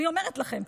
אני אומרת לכם,